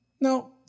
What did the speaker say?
no